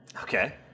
Okay